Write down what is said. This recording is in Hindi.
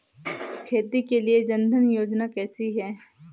खेती के लिए जन धन योजना कैसी है?